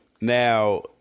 now